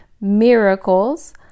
miracles